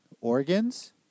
organs